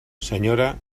senyora